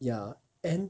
ya and